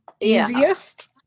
easiest